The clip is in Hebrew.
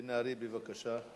מיכאל בן-ארי, בבקשה.